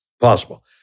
possible